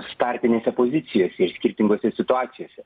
startinėse pozicijose ir skirtingose situacijose